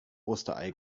osterei